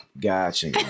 gotcha